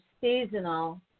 seasonal